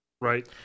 Right